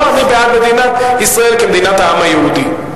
לא, אני בעד מדינת ישראל כמדינת העם היהודי.